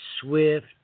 swift